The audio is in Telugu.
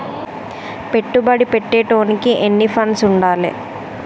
పెట్టుబడి పెట్టేటోనికి ఎన్ని ఫండ్స్ ఉండాలే?